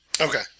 Okay